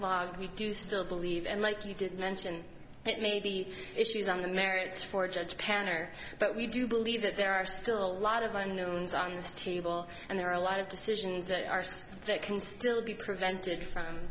logged we do still believe and like you did mention that maybe issues on the merits for a judge can are but we do believe that there are still a lot of unknowns on his table and there are a lot of decisions that are said that can still be prevented from